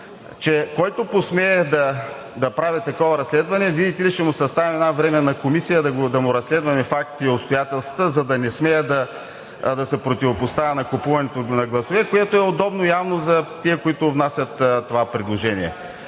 че който посмее да прави такова разследване, видите ли, ще му съставим една временна комисия да разследваме фактите и обстоятелствата, за да не смее да се противопоставя на купуването на гласове, което явно е удобно за тези, които внасят това предложение.